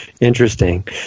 interesting